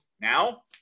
now